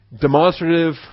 demonstrative